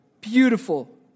beautiful